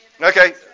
Okay